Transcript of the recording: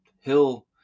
hill